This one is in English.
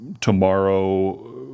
tomorrow